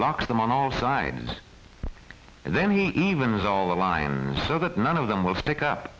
locks them on all sides and then he even has all the lines so that none of them will stick up